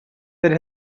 that